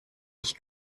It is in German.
ich